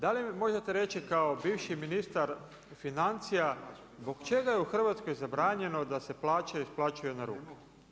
Da li mi možete reći kao bivši ministar financija zbog čega je u Hrvatskoj zabranjeno da se plaća isplaćuje na ruke?